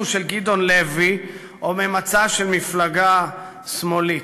של גדעון לוי או ממצע של מפלגה שמאלית.